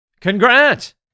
Congrats